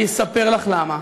אני אספר לך למה.